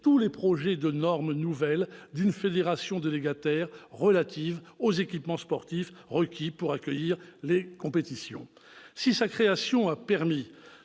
tous les projets de norme nouvelle d'une fédération délégataire relative aux équipements sportifs requis pour accueillir les compétitions. Si sa création a permis